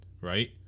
right